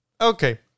Okay